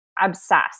obsessed